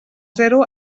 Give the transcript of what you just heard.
zero